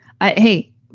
Hey